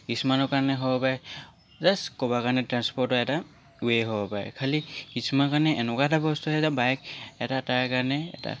কিছুমানৰ কাৰণে হ'ব পাৰে জাষ্ট ক'ৰবাৰ কাৰণে ট্ৰাঞ্চপ'ৰ্টৰ এটা ৱে' হ'ব পাৰে খালি কিছুমানৰ কাৰণে এনেকুৱা এটা বস্তু হয় যে বাইক এটা তাৰ কাৰণে এটা